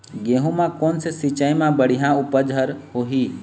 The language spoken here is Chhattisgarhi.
गेहूं म कोन से सिचाई म बड़िया उपज हर होही?